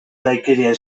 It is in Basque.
nahikerien